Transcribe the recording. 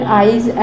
eyes